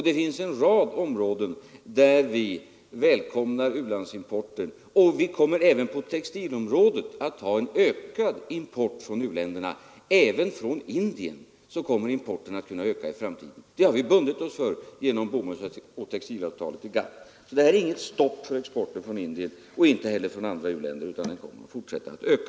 Det finns en rad områden där vi välkomnar u-landsimporten, och vi kommer även på textilområdet att ha en ökad import från u-länderna; också importen från Indien kommer i framtiden att kunna ökas. Det har vi bundit oss för genom bomullsoch textilavtalet i GATT. Detta blir alltså inte något stopp för importen från Indien och inte heller för importen från andra länder, utan denna kommer att fortsätta att öka.